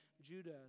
judah